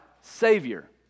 Savior